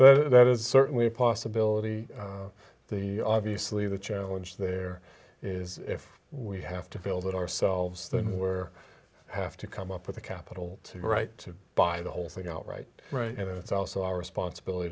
so that is certainly a possibility the obviously the challenge there is if we have to build it ourselves then we're have to come up with a capital to right to buy the whole thing out right right and it's also our responsibility